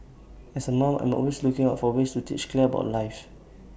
as A mom I'm always looking out for ways to teach Claire about life